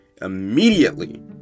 immediately